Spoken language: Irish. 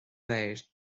léir